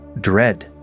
dread